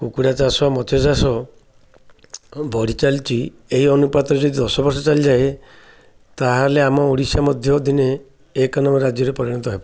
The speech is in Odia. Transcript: କୁକୁଡ଼ା ଚାଷ ମତ୍ସ୍ୟ ଚାଷ ବଢ଼ି ଚାଲିଛି ଏହି ଅନୁପାତରେ ଯଦି ଦଶ ବର୍ଷ ଚାଲିଯାଏ ତାହେଲେ ଆମ ଓଡ଼ିଶା ମଧ୍ୟ ଦିନେ ଏକ ନମ୍ବର ରାଜ୍ୟରେ ପରିଣତ ହେବ